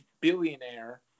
billionaire